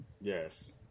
Yes